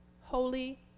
Holy